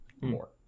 more